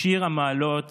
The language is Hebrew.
"שיר המעלות